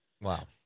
Wow